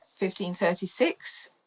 1536